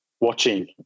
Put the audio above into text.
watching